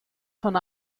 von